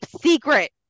secret